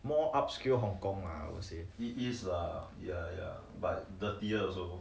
more upscale hong kong mah I will say